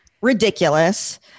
Ridiculous